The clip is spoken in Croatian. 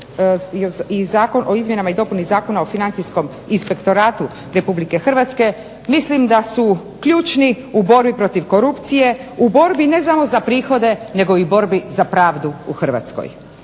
i o izmjenama i dopunama Zakona o Financijskom inspektoratu RH mislim da su ključni u borbi protiv korupcije u borbi ne samo za prihode nego i borbi za pravdu u Hrvatskoj.